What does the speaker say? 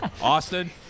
Austin